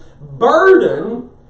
burden